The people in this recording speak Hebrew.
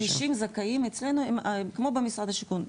60 זכאים אצלנו הם כמו במשרד השיכון,